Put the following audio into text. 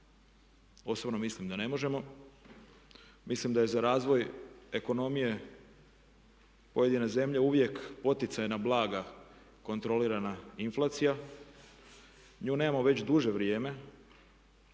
Osobno mislim da ne možemo. Mislim da je za razvoj ekonomije pojedine zemlje uvijek poticajna blaga kontrolirana inflacija. Nju nemamo već duže vrijeme